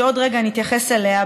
שעוד רגע אני אתייחס אליה,